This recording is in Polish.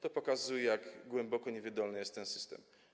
To pokazuje, jak głęboko niewydolny jest ten system.